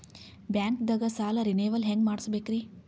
ಬ್ಯಾಂಕ್ದಾಗ ಸಾಲ ರೇನೆವಲ್ ಹೆಂಗ್ ಮಾಡ್ಸಬೇಕರಿ?